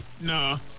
No